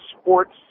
sports